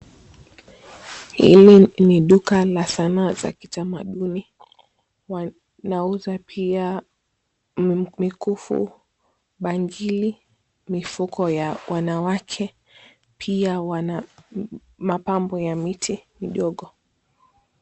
Hili ni duka la sanaa za kitamaduni, wanauza pia mikufu, bangili, mifuko ya wanawake. Pia wana mapambo ya miti midogo.